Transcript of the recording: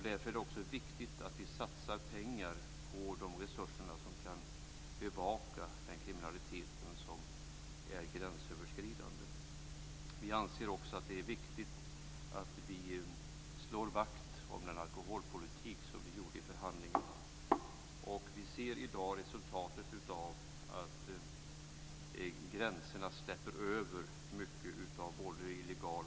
Det är därför viktigt att vi satsar pengar på de resurser som kan bevaka den gränsöverskridande kriminaliteten. Vi anser också att det är viktigt att slå vakt om den alkoholpolitik som Sverige hävdade i förhandlingarna. Vi ser i dag resultatet av att det släpps in mycket av illegal alkohol och tobak över gränserna.